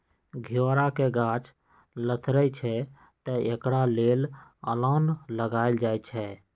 घिउरा के गाछ लथरइ छइ तऽ एकरा लेल अलांन लगायल जाई छै